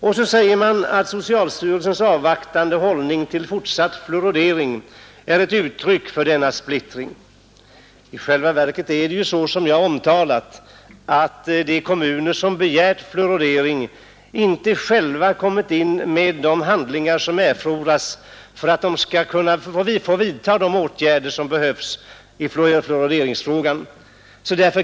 Vidare säger man att socialstyrelsens avvaktande hållning till fortsatt fluoridering är ett uttryck för denna splittring. I själva verket är det, som jag omtalat, så att de kommuner som begärt fluoridering själva inte kommit in med de handlingar som erfordras för att de skall få vidta de åtgärder som behövs för fluoridering.